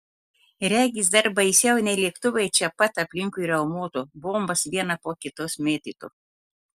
regis dar baisiau nei lėktuvai čia pat aplinkui riaumotų bombas vieną po kitos mėtytų